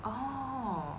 oh